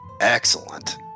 Excellent